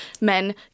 men